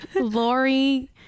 Lori